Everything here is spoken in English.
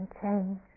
change